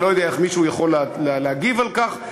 אני לא יודע איך מישהו יכול להגיב על כך,